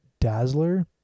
dazzler